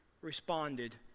responded